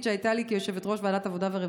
שהייתה לי כיושבת-ראש ועדת העבודה והרווחה.